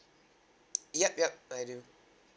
yup yup I do